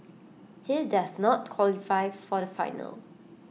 he does not qualify for the final